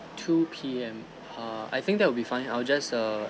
two P_M err I think that would be fine I will just err